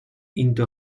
into